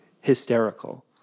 hysterical